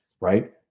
right